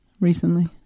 recently